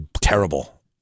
terrible